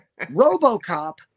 Robocop